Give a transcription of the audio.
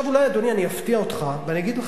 עכשיו אולי, אדוני, אני אפתיע אותך ואני אגיד לך: